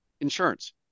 Insurance